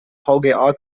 vga